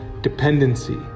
dependency